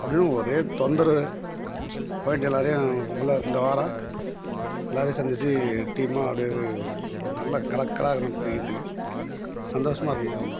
அப்படின்னு ஒரே தொந்தரவு போயிட்டு எல்லாரையும் கும்பலாக இந்த வாரம் எல்லோரையும் சந்திச்சு டீம்மாக அப்படியே போய் ஒரு நல்ல கலக்கலாக இருக்கணும் குளிக்கிறத்துக்கு சந்தோஷமாக இருக்கணும் அவ்வளோ தான்